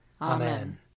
Amen